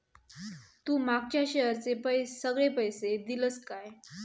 तू मागच्या शेअरचे सगळे पैशे दिलंस काय?